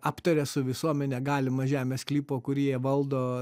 aptaria su visuomene galimą žemės sklypo kurį jie valdo